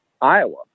Iowa